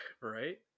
Right